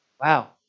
Wow